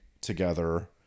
together